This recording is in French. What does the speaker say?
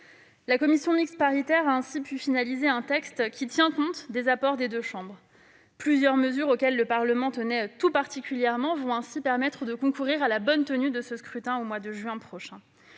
La commission mixte paritaire a finalisé un texte qui tient compte des apports des deux chambres. Plusieurs mesures, auxquelles le Parlement tenait tout particulièrement, vont ainsi concourir à la bonne tenue du double scrutin de juin prochain.